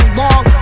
long